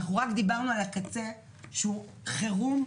אנחנו רק דיברנו על הקצה שהוא חירום,